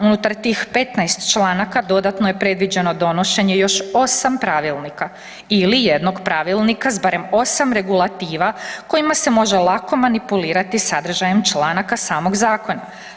Unutar tih 15 članaka dodatno je predviđeno donošenje još 8 pravilnika ili jednog pravilnika s barem 8 regulativa kojima se može lako manipulirati sadržajem članaka samog zakona.